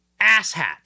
asshat